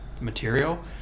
material